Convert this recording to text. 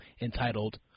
entitled